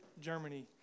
Germany